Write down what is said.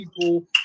people